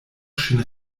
ŝin